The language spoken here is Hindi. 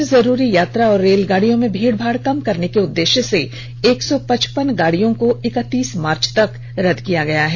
गैर जरूरी यात्रा और रेलगाडियों में भीड़भाड़ कम करने के लिए एक सौ पचपन गाड़ियों को इक्कतीस मार्च तक रद्द किया गया है